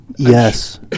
Yes